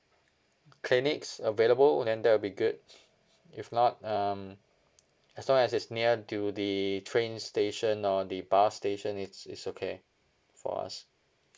clinics available then that will be good if not um as long as it's near to the train station or the bus station it's it's okay for us